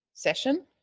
Session